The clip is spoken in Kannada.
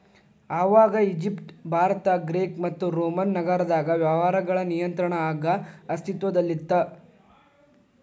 ಆವಾಗ ಈಜಿಪ್ಟ್ ಭಾರತ ಗ್ರೇಕ್ ಮತ್ತು ರೋಮನ್ ನಾಗರದಾಗ ವ್ಯವಹಾರಗಳ ನಿಯಂತ್ರಣ ಆಗ ಅಸ್ತಿತ್ವದಲ್ಲಿತ್ತ